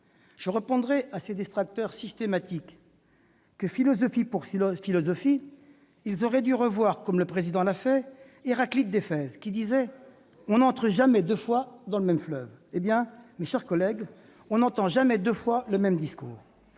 Je répondrai à ces détracteurs systématiques que, philosophie pour philosophie, ils auraient dû relire, comme le Président l'a fait, Héraclite d'Éphèse, qui disait :« On n'entre jamais deux fois dans le même fleuve. » Eh bien, mes chers collègues, on n'entend jamais deux fois le même discours.